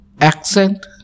accent